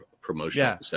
promotion